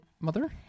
mother